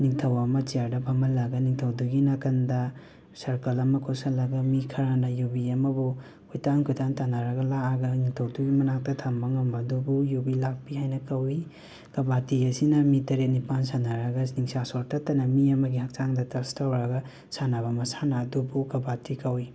ꯅꯤꯡꯊꯧ ꯑꯃ ꯆꯤꯌꯔꯗ ꯐꯝꯍꯜꯂꯒ ꯅꯤꯡꯊꯧꯗꯨꯒꯤ ꯅꯥꯀꯟꯗ ꯁꯔꯀꯜ ꯑꯃ ꯀꯣꯏꯁꯤꯜꯂꯅꯤ ꯃꯤ ꯈꯔꯅ ꯌꯨꯕꯤ ꯑꯃꯕꯨ ꯀꯣꯏꯇꯥꯟ ꯀꯣꯏꯇꯥꯟ ꯇꯥꯅꯔꯒ ꯂꯥꯛꯑꯒ ꯅꯤꯡꯊꯧꯗꯨꯒꯤ ꯃꯅꯥꯛꯇ ꯊꯝꯕ ꯉꯝꯕ ꯑꯗꯨꯕꯨ ꯌꯨꯕꯤ ꯂꯥꯛꯄꯤ ꯍꯥꯏꯅ ꯀꯧꯏ ꯀꯕꯥꯇꯤ ꯑꯁꯤꯅ ꯃꯤ ꯇꯔꯦꯠ ꯅꯤꯄꯥꯟ ꯁꯥꯅꯔꯒ ꯅꯤꯡꯁꯥꯁꯣꯔ ꯇꯠꯇꯅ ꯃꯤ ꯑꯃꯒꯤ ꯍꯛꯆꯥꯡꯗ ꯇꯁ ꯇꯧꯔꯒ ꯁꯥꯅꯕ ꯃꯁꯥꯅ ꯑꯗꯨꯕꯨ ꯀꯥꯕꯇꯤ ꯀꯧꯋꯤ